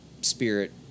spirit